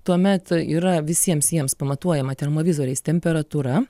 tuomet yra visiems jiems pamatuojama termovizoriais temperatūra